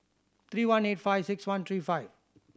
three one eight five six one three five